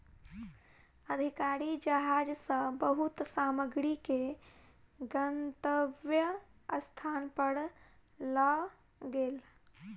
अधिकारी जहाज सॅ बहुत सामग्री के गंतव्य स्थान पर लअ गेल